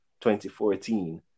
2014